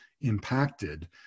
impacted